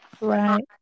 Right